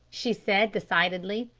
she said decidedly.